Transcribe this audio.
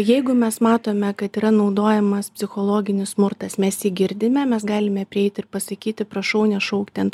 jeigu mes matome kad yra naudojamas psichologinis smurtas mes jį girdime mes galime prieiti ir pasakyti prašau nešaukti ant